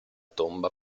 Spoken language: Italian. tomba